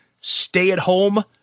stay-at-home